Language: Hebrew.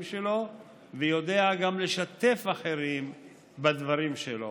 שלו ויודע גם לשתף אחרים בדברים שלו.